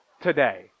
today